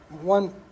one